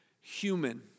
human